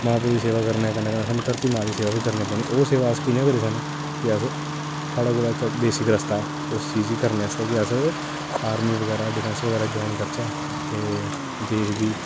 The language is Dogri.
मां प्यो दी सेवा करने दे कन्नै कन्नै सानूं धरती दी सेवा बी करनी पौनी ओह् सेवा अस कि'यां करी सकने कि अस साढ़े कोल इक बेसिक रस्ता ऐ उस चीज़ गी करने आस्तै कि अस आर्मी बगैरा डिफैंस बगैरा जाइन करचै ते देश गी